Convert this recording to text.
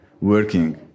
working